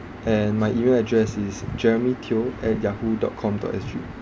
and my email address is jeremy teo at yahoo dot com dot S_G